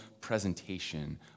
presentation